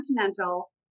continental